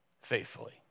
faithfully